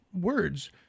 words